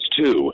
two